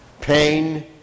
pain